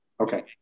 Okay